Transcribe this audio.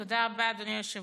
תודה רבה, אדוני היושב-ראש.